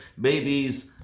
babies